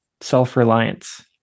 self-reliance